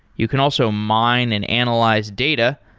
you can also mine and analyze data,